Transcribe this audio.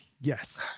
yes